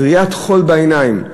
זריית חול בעיניים.